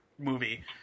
movie